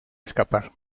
escapar